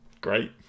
Great